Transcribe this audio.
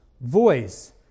Voice